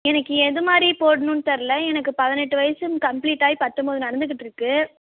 எனக்கு எது மாதிரி போடணுன்னு தெரியல எனக்கு பதினெட்டு வயசும் கம்ப்ளீட்டாகி பத்தொம்போது நடந்துக்கிட்டுருக்கு